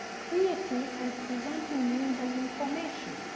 creating and presenting news and information.